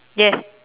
yes